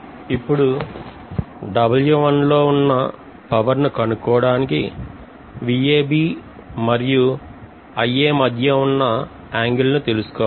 ఇప్పుడు W1 లో power ను కనుక్కోవడానకు మరియు మధ్య ఉన్న angle ను తెలుసుకో వాలి